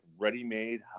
ready-made